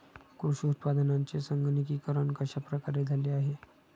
कृषी उत्पादनांचे संगणकीकरण कश्या प्रकारे झाले आहे?